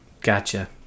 Gotcha